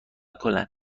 کنن